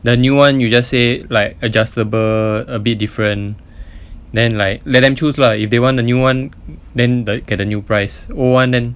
the new [one] you just say like adjustable a bit different then like let them choose lah if they want the new [one] then get the new price old [one] then